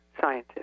scientists